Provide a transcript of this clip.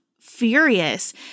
furious